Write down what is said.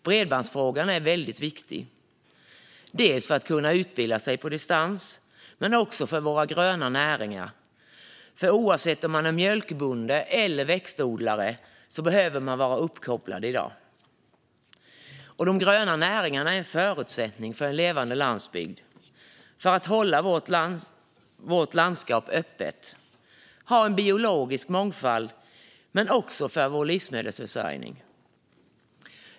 Bredbandsfrågan är väldigt viktig för att människor ska kunna utbilda sig på distans men också för våra gröna näringar. Oavsett om man är mjölkbonde eller växtodlare behöver man i dag vara uppkopplad. De gröna näringarna är en förutsättning för en levande landsbygd, för att hålla vårt landskap öppet, ha en biologisk mångfald men också för vår livsmedelsförsörjning.